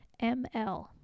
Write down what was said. ML